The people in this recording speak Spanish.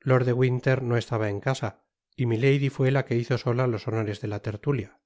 lord de winter no estaba en casa y milady fué la que hizo sola los honores de la tertulia